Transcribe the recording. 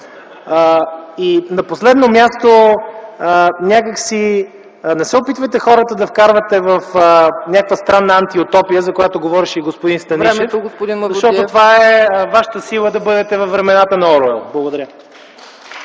На последно място, не се опитвайте да вкарвате хората в някаква странна антиутопия, за която говореше и господин Станишев, защото вашата сила е да бъдете във времената на Оруел. Благодаря.